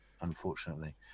unfortunately